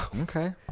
Okay